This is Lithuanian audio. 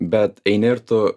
bet eini ir tu